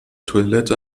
toilette